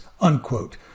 Unquote